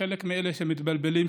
לחלק מאלה שמתבלבלים,